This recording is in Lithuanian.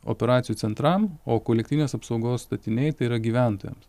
operacijų centram o kolektyvinės apsaugos statiniai tai yra gyventojams